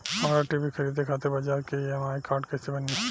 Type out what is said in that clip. हमरा टी.वी खरीदे खातिर बज़ाज़ के ई.एम.आई कार्ड कईसे बनी?